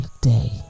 day